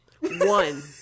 One